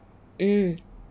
mm